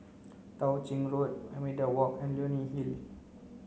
Tao Ching Road Media Walk and Leonie Hill